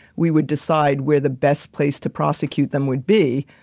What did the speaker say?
we would decide where the best place to prosecute them would be,